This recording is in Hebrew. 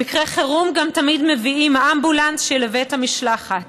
למקרה חירום גם תמיד מביאים אמבולנס שילווה את המשלחת.